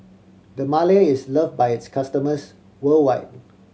Dermale is loved by its customers worldwide